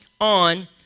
on